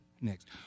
next